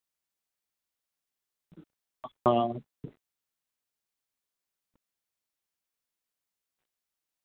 हां